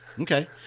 okay